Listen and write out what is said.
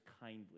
kindly